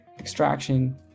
extraction